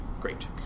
Great